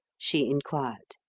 she enquired.